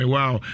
Wow